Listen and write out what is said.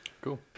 cool